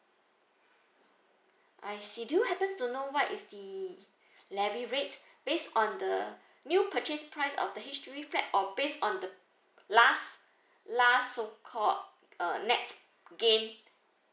I see do you happens to know what is the levy rate based on the new purchase price of the H_D_B flat or based on the last last so called uh nett gain